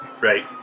right